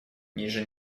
ниже